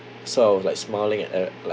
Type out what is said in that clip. sort of like smiling at e~ like